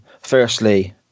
firstly